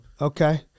Okay